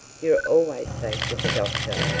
you're always safe with the doctor,